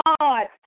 God